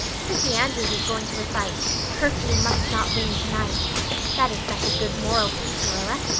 prissy andrews is going to recite curfew must not ring tonight that is such a good moral piece, marilla,